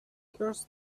curse